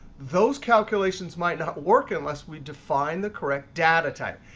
those calculations might not work unless we define the correct data type.